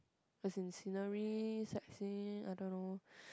as in scenery sightseeing I don't know